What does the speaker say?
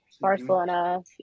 Barcelona